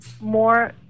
more